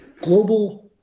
global